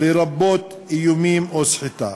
לרבות איומים או סחיטה.